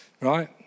right